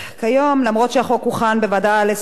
אף שהחוק הוכן בוועדה לזכויות הילד,